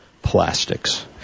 plastics